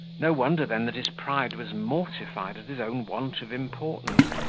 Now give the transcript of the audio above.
no wonder, then, that his pride was mortified at his own want of importance,